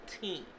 team